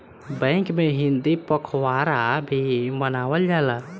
bank में हिंदी पखवाड़ा भी मनावल जाला